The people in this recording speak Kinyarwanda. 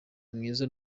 mwiza